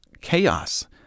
chaos